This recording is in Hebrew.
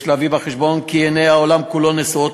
יש להביא בחשבון כי עיני העולם כולו נשואות